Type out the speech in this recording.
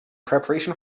preparation